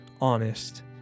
honest